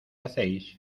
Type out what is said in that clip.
hacéis